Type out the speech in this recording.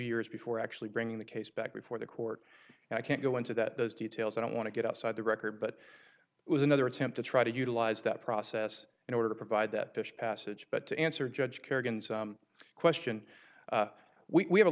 years before actually bringing the case back before the court and i can't go into that those details i don't want to get outside the record but it was another attempt to try to utilise that process in order to provide that fish passage but to answer judge kerrigan's question we have a